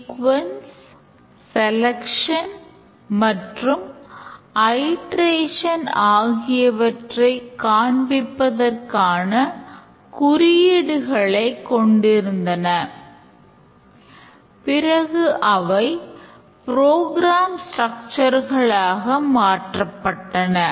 sequence மாற்றப்பட்டன